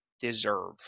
deserve